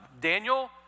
Daniel